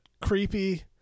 creepy